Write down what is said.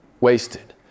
wasted